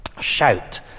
Shout